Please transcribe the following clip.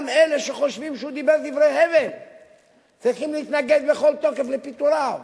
גם אלה שחושבים שהוא דיבר דברי הבל צריכים להתנגד בכל תוקף לפיטוריו.